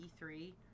E3